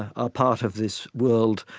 are part of this world,